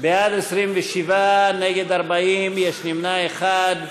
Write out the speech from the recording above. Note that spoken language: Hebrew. בעד, 27, נגד, 40, יש נמנע אחד.